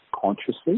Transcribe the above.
consciously